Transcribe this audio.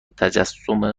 تجسم